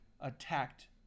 attacked